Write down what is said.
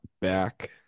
back